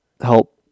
help